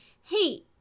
hey